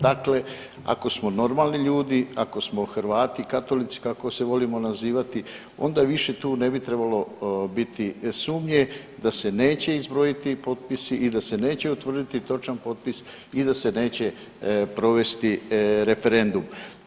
Dakle, ako smo normalni ljudi, ako smo Hrvati i katolici kako se volimo nazivati, onda više tu ne bi trebalo biti sumnje da se neće izbrojiti potpisi i da se neće utvrditi točan potpis i da se neće provesti referendum.